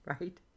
right